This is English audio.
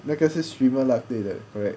那个是 streamer luck 对的 correct